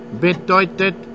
bedeutet